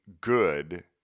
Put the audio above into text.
good